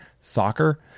soccer